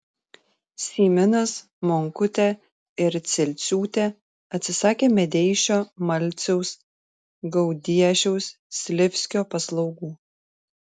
syminas monkutė ir cilciūtė atsisakė medeišio malciaus gaudiešiaus slivskio paslaugų